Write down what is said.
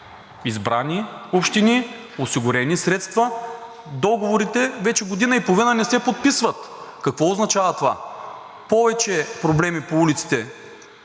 избрани общини, осигурени средства – договорите вече година и половина не се подписват. Какво означава това? Повече проблеми по улиците